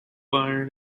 iron